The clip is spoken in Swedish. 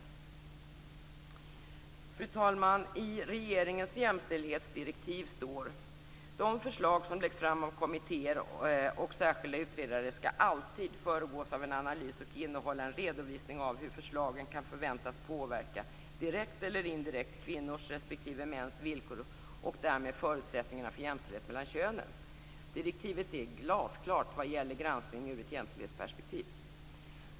Fru talman! I regeringens jämställdhetsdirektiv står: "De förslag som läggs fram av kommittéer och särskilda utredare skall alltid föregås av en analys och innehålla en redovisning av hur förslagen kan förväntas påverka, direkt eller indirekt, kvinnors respektive mäns villkor och därmed förutsättningarna för jämställdhet mellan könen." Direktivet är glasklart vad gäller granskning ur ett jämställdhetsperspektiv.